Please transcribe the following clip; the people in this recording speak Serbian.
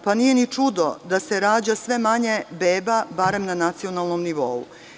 Pa nije ni čudo da se rađa sve manje beba barem na nacionalnom nivou.